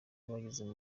bageze